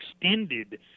extended